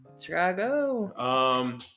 Chicago